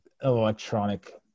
electronic